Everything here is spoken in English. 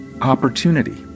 opportunity